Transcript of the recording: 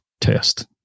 test